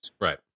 Right